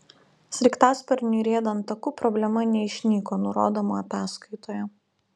sraigtasparniui riedant taku problema neišnyko nurodoma ataskaitoje